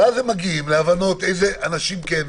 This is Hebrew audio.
ואז הם מגיעים להבנות איזה אנשים כן,